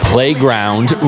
Playground